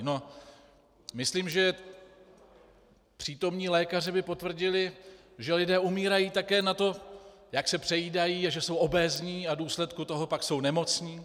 No, myslím, že přítomní lékaři by potvrdili, že lidé umírají také na to, jak se přejídají, že jsou obézní a v důsledku toho pak jsou nemocní.